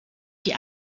die